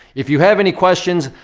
if you have any questions,